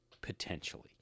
Potentially